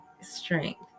strength